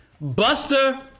Buster